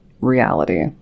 reality